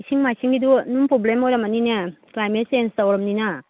ꯏꯁꯤꯡ ꯃꯥꯏꯁꯤꯡꯒꯤꯗꯤ ꯑꯗꯨꯝ ꯄ꯭ꯔꯣꯕ꯭ꯂꯦꯝ ꯑꯣꯏꯔꯝꯃꯅꯤꯅꯦ ꯀ꯭ꯂꯥꯏꯃꯦꯠ ꯆꯦꯟꯖ ꯇꯧꯔꯝꯅꯤꯅ